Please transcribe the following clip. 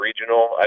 regional